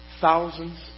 Thousands